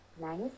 Nice